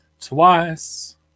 twice